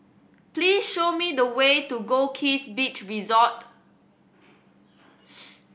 please show me the way to Goldkist Beach Resort